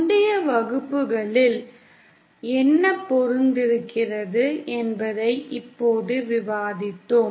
முந்தைய வகுப்புகளில் என்ன பொருந்துகிறது என்பதை இப்போது விவாதித்தோம்